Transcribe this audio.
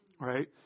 right